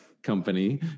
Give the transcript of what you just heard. company